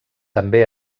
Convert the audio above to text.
també